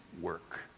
work